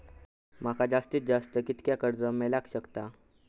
माका जास्तीत जास्त कितक्या कर्ज मेलाक शकता?